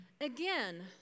Again